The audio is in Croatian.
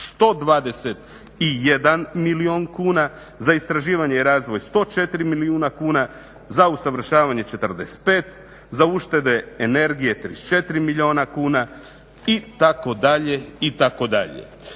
121 milijun kuna, za istraživanje i razvoj 104 milijuna kuna, za usavršavanje 45, za uštede energije 34 milijuna kuna itd.